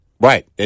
Right